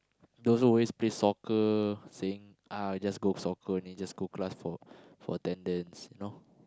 those who always play soccer saying uh just go soccer only just go class for for attendance you know